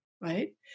right